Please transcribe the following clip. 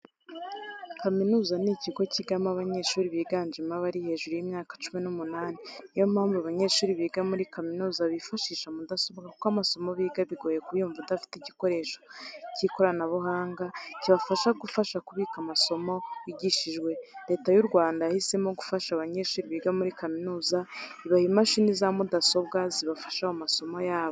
Kaminuza ni ikigo cyigamo abanyeshuri biganjemo abari hejuru y'imyaka cumi n'umunane, niyo mpamvu abanyeshuri biga muri kaminuza bifashisha mudasobwa kuko amasomo biga bigoye kuyumva udafite igikoresho cy'ikoranabuhanga kibasha kugufasha kubika amasomo wigishijwe. Leta y'u Rwanda yahisemo gufasha abanyeshuri biga muri kaminuza, ibaha imashini za mudasobwa zibafasha mu masomo yabo.